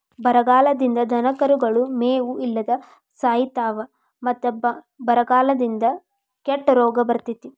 ಬರಗಾಲದಿಂದ ದನಕರುಗಳು ಮೇವು ಇಲ್ಲದ ಸಾಯಿತಾವ ಮತ್ತ ಬರಗಾಲದಿಂದ ಕೆಟ್ಟ ರೋಗ ಬರ್ತೈತಿ